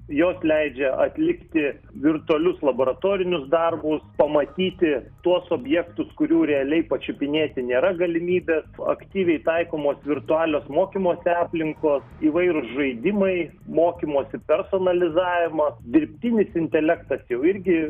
jos leidžia atlikti virtualius laboratorinius darbus pamatyti tuos objektus kurių realiai pačiupinėti nėra galimybės aktyviai taikomos virtualios mokymosi aplinkos įvairūs žaidimai mokymosi personalizavimas dirbtinis intelektas jau irgi